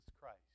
Christ